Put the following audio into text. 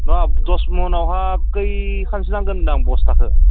नङा दस मनावहाय कैखानसो नांगोन होनदों आं बसथाखौ